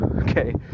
okay